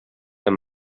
amb